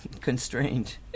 Constrained